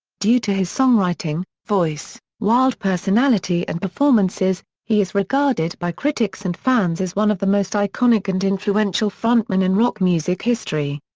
due to his songwriting, voice, wild personality and performances, he is regarded by critics and fans as one of the most iconic and influential frontmen in rock music history.